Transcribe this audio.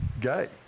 gay